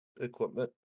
equipment